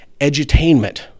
edutainment